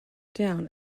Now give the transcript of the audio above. down